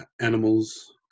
animals